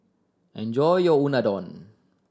enjoy your Unadon